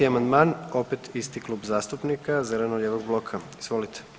55. amandman, opet isti Klub zastupnika zeleno-lijevog bloka, izvolite.